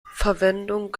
verwendung